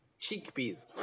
Chickpeas